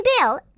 Bill